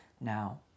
now